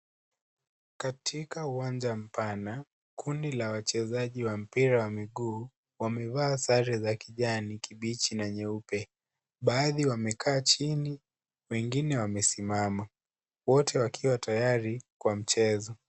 Katika uwanja pana kundi la wachezaji wa mpira wa miguu wamevaa sare za kijani kibichi na nyeupe. Baadhi wamekaa chini wengine wamesimama wote wakiwa tayari kwa mchezo.